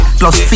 plus